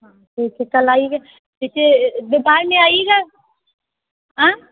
हाँ ठीक है कल आइएगा दोपहर में आइएगा आँ